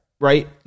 Right